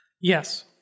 Yes